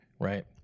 Right